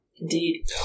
Indeed